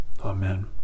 amen